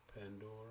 Pandora